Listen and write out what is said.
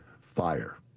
fire